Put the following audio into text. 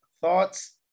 thoughts